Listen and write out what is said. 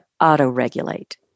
auto-regulate